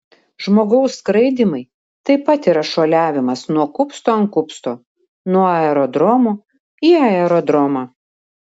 žmogaus skraidymai taip pat yra šuoliavimas nuo kupsto ant kupsto nuo aerodromo į aerodromą